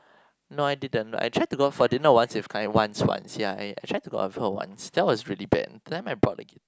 no I didn't but I tried to go for dinner once with K~ once once I tried to go out with her once that was really bad that time I brought a guit~